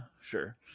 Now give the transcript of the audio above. Sure